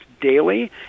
daily